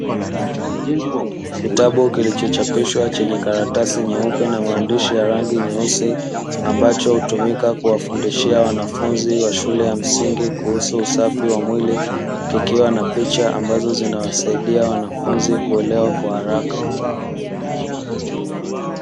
Kitabu kilichochapishwa, chenye karatasi nyeupe na maandishi ya rangi nyeusi, ambacho hutumika kuwafundishia wanafunzi wa shule ya msingi kuhusu usafi wa mwili, kikiwa na picha ambazo zinawasaidia wanafunzi kuelewa kwa haraka.